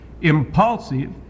impulsive